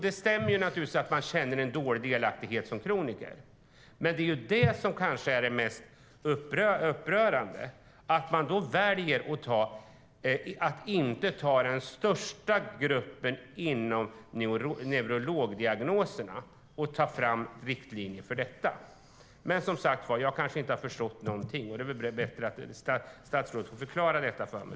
Det stämmer naturligtvis att människor känner dålig delaktighet som kroniker, men det är det som kanske är det mest upprörande: att man väljer att inte ta den största gruppen inom neurologdiagnoserna och ta fram riktlinjer för den. Men jag kanske inte har förstått någonting, som sagt, och då är det väl bättre att statsrådet får förklara detta för mig.